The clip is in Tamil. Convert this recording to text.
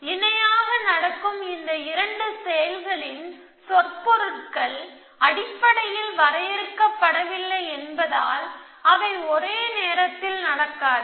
இணையாக நடக்கும் இந்த 2 செயல்களின் சொற்பொருள்கள் அடிப்படையில் வரையறுக்கப்படவில்லை என்பதால் அவை ஒரே நேரத்தில் நடக்காது